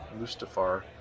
Mustafar